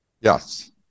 Yes